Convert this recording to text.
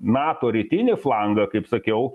nato rytinį flangą kaip sakiau